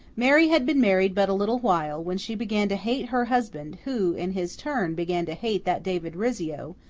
mary had been married but a little while, when she began to hate her husband, who, in his turn, began to hate that david rizzio,